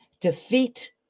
defeat